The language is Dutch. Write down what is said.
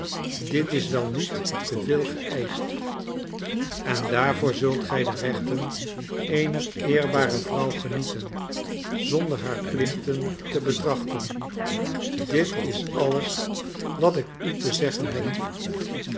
dit is wel niet te veel geëischt en daarvoor zult gij de rechten eener eerbare vrouw genieten zonder haar plichten te betrachten dit is alles wat ik u te zeggen hebt